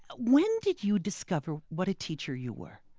when did you discover what a teacher you were?